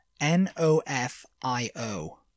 N-O-F-I-O